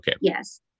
yes